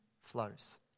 flows